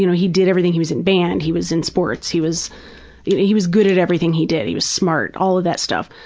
you know he did everything, he was in band. he was in sports. he was you know he was good at everything he did. he was smart. all of that stuff.